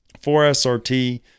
4SRT